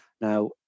Now